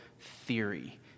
theory